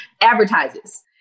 advertises